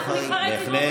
אנחנו נבחרי ציבור,